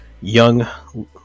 young